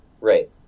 Right